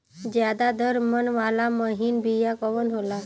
ज्यादा दर मन वाला महीन बिया कवन होला?